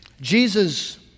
Jesus